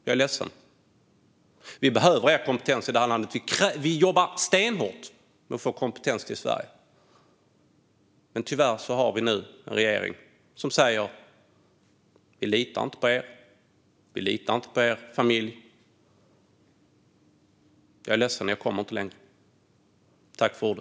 Jag är ledsen, för vi behöver er kompetens i det här landet. Vi jobbar stenhårt för att få kompetens till Sverige, men tyvärr har vi nu en regering som säger: Vi litar inte på er. Vi litar inte på er familj. Fru talman! Jag är ledsen, men jag kommer inte längre.